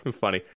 funny